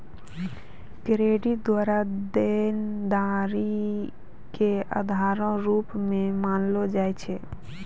credit द्वारा देनदारी के उधारो रूप मे मानलो जाय छै